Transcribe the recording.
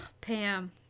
Pam